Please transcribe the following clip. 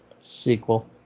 sequel